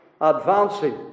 Advancing